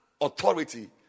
authority